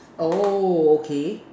oh okay